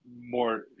more